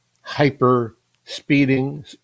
hyper-speeding